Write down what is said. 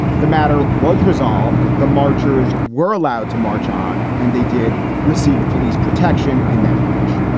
the matter was resolved. the marchers were allowed to march on and they did receive police protection in that march.